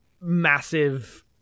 massive